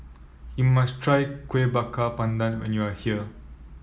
you must try Kueh Bakar Pandan when you are here